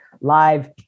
live